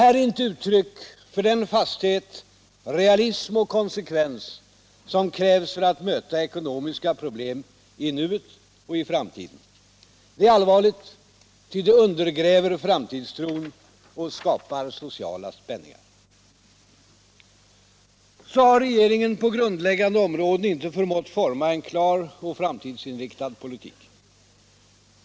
Detta är inte uttryck för den fasthet, realism och konsekvens som krävs för att möta ekonomiska problem i nuet och i framtiden. Det är allvarligt. Ty det undergräver framtidstron och skapar sociala spänningar. Så har regeringen på grundläggande områden inte förmått forma en klar och framtidsinriktad politik.